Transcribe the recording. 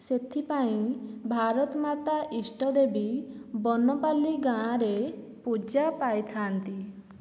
ସେଥିପାଇଁ ଭାରତ ମାତା ଇଷ୍ଟ ଦେବୀ ବନପାଲି ଗାଁରେ ପୂଜା ପାଇଥାନ୍ତି